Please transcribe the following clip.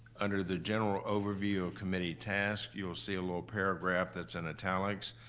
under the general overview of committee tasks, you'll see a little paragraph that's in italics.